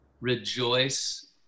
rejoice